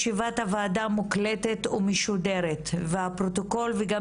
ישיבת הוועדה מוקלטת ומשודרת והפרוטוקול וגם